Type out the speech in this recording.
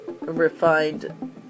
refined